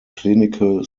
clinical